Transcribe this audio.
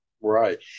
Right